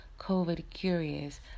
COVID-curious